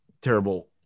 terrible